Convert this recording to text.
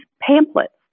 pamphlets